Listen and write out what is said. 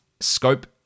scope